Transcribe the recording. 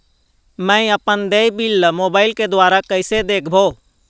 मैं अपन देय बिल ला मोबाइल के द्वारा कइसे देखबों?